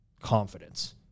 confidence